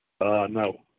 no